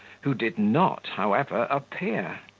who did not, however, appear.